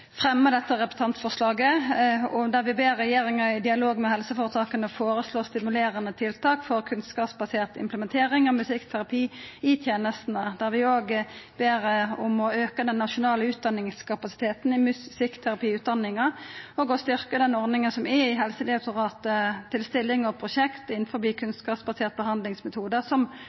fremja dette representantforslaget, der vi ber regjeringa i dialog med helseføretaka føreslå stimulerande tiltak for kunnskapsbasert implementering av musikkterapi i tenestene. Vi ber òg om å auka den nasjonale utdanningskapasiteten i musikkterapiutdanninga og å styrkja ordninga som er i Helsedirektoratet til stillingar og prosjekt innanfor kunnskapsbaserte behandlingsmetodar, som